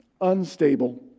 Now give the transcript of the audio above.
unstable